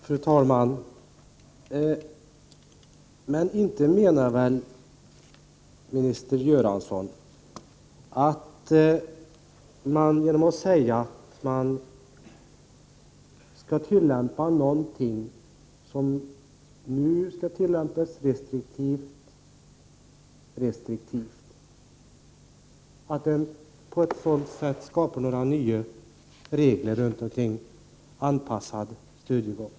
Fru talman! Inte kan väl statsrådet Göransson mena att man genom en restriktiv tillämpning åstadkommer några förbättringar av den anpassade studiegången?